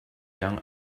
young